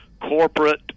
Corporate